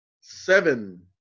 seven